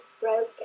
broken